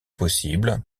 possibles